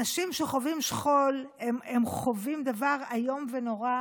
אנשים שחווים שכול חווים דבר איום ונורא,